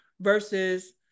versus